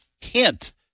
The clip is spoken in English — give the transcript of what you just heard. Hint